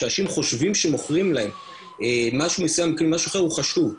שאנשים חושבים שמוכרים להם משהו מסוים והם מקבלים משהו אחר הוא חשוב.